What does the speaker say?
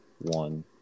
one